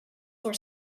were